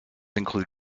include